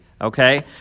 okay